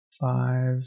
five